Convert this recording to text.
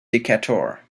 decatur